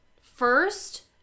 first